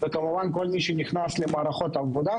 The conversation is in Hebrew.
וכמובן את כל מי שנכנס למערכות העבודה.